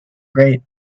grate